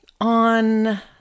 On